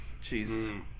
Jeez